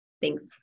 Thanks